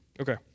Okay